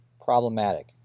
problematic